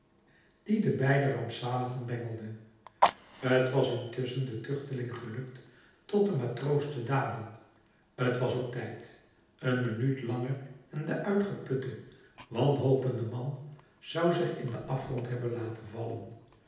die de beide rampzaligen bengelde t was intusschen den tuchteling gelukt tot den matroos te dalen t was ook tijd een minuut langer en de uitgeputte wanhopende man zou zich in den afgrond hebben laten vallen